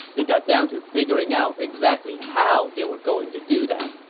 they got down to figuring out exactly how they were going to do that.